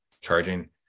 charging